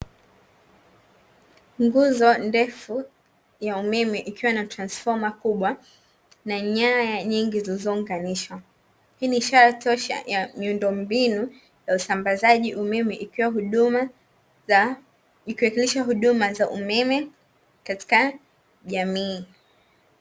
Nguzo ndefu ya umeme ikiwa na transifoma kubwa na nyaya nyingi zilizounganishwa. Hii ni ishara tosha ya miundo mbinu ya usambazaji umeme, ikiwakilisha huduma za umeme katika jamii.